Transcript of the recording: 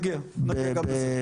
נגיע, נגיע, נגיע גם לזה.